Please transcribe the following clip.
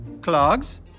clogs